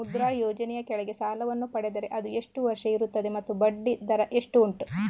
ಮುದ್ರಾ ಯೋಜನೆ ಯ ಕೆಳಗೆ ಸಾಲ ವನ್ನು ಪಡೆದರೆ ಅದು ಎಷ್ಟು ವರುಷ ಇರುತ್ತದೆ ಮತ್ತು ಬಡ್ಡಿ ದರ ಎಷ್ಟು ಉಂಟು?